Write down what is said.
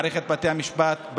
מערכת בתי- המשפט,